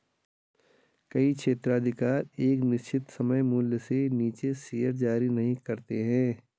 कई क्षेत्राधिकार एक निश्चित सममूल्य से नीचे शेयर जारी नहीं करते हैं